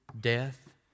death